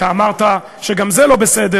אמרת שגם זה לא בסדר,